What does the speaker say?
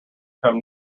come